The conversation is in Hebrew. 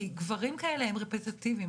כי גברים כאלה הם רפטטיביים,